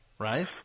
right